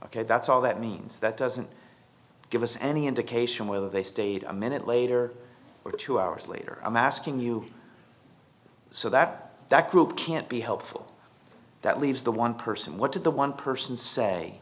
ok that's all that means that doesn't give us any indication whether they stayed a minute later or two hours later i'm asking you so that that group can't be helpful that leaves the one person what did the one person say